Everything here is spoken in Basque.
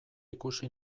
ikusi